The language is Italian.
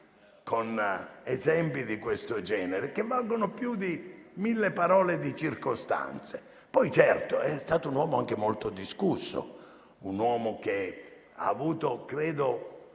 con esempi di questo genere, che valgono più di mille parole di circostanze. Poi, certo, è stato un uomo anche molto discusso, un uomo che ha avuto, credo,